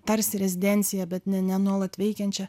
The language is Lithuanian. tarsi rezidenciją bet ne ne nuolat veikiančią